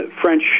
French